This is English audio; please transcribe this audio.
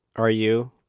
are you,